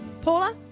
Paula